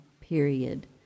period